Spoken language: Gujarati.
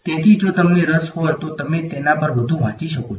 તેથી જો તમને રસ હોય તો તમે તેના પર વધુ વાંચી શકો છો